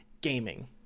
gaming